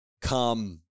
come